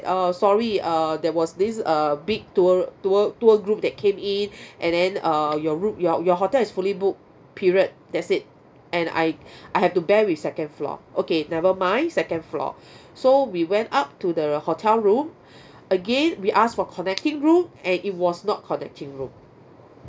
uh sorry uh there was this uh big tour tour tour group that came in and then uh your room your your hotel is fully booked period that's it and I I have to bear with second floor okay never mind second floor so we went up to the hotel room again we ask for connecting room and it was not connecting room